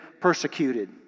persecuted